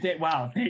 Wow